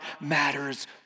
matters